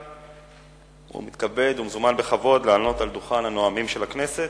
והוא מזומן בכבוד לעלות לדוכן הנואמים של הכנסת.